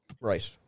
Right